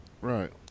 Right